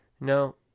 No